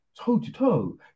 toe-to-toe